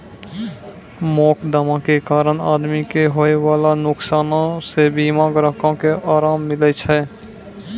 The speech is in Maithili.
मोकदमा के कारण आदमी के होयबाला नुकसानो से बीमा ग्राहको के अराम मिलै छै